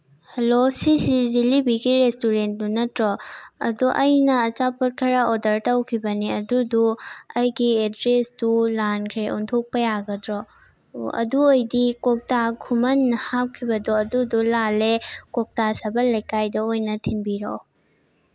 hello ꯁꯤꯁꯤ ꯖꯤꯂꯤꯕꯤꯒꯤ ꯔꯦꯁꯇꯨꯔꯦꯟꯗꯨ ꯅꯠꯇ꯭ꯔꯣ ꯑꯗꯣ ꯑꯩꯅ ꯑꯆꯥꯄꯣꯠ ꯈꯔꯥ ꯑꯣꯔꯗꯔ ꯇꯧꯈꯤꯕꯅꯦ ꯑꯗꯨꯗꯨ ꯑꯩꯒꯤ ꯑꯦꯗ꯭ꯔꯦꯁꯇꯨ ꯂꯥꯜꯈ꯭ꯔꯦ ꯑꯣꯟꯊꯣꯛꯄ ꯌꯥꯒꯗ꯭ꯔꯣ ꯑꯣ ꯑꯗꯨ ꯑꯣꯏꯗꯤ ꯀꯣꯍꯜꯂꯣ ꯁꯤꯁꯦ ꯖꯤꯂꯤꯕꯤꯒꯤ ꯔꯦꯁꯇꯨꯔꯦꯟꯗꯨ ꯅꯠꯇ꯭ꯔꯣ ꯑꯗꯣ ꯑꯩꯅ ꯑꯆꯥꯄꯣꯠ ꯈꯔ ꯑꯣꯔꯗꯔ ꯇꯧꯈꯤꯕꯅꯦ ꯑꯗꯨꯗꯨ ꯑꯩꯒꯤ ꯑꯦꯗ꯭ꯔꯦꯁꯇꯨ ꯂꯥꯜꯈ꯭ꯔꯦ ꯑꯣꯟꯊꯣꯛꯄ ꯌꯥꯒꯗ꯭ꯔꯣ ꯑꯣ ꯑꯗꯨ ꯑꯣꯏꯔꯗꯤ ꯀ꯭ꯋꯥꯛꯇꯥ ꯈꯨꯃꯟ ꯍꯥꯞꯈꯤꯕꯗꯣ ꯑꯗꯨꯗꯣ ꯂꯥꯜꯂꯦ ꯀ꯭ꯋꯥꯛꯇꯥ ꯁꯥꯕꯜ ꯂꯩꯀꯥꯏꯗ ꯑꯣꯏꯅ ꯊꯤꯟꯕꯤꯔꯛꯑꯣ